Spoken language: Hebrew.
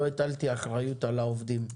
לא הטלתי אחריות על העובדים.